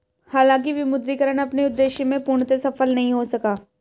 हालांकि विमुद्रीकरण अपने उद्देश्य में पूर्णतः सफल नहीं हो सका